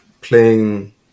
playing